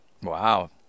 Wow